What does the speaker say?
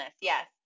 Yes